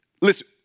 listen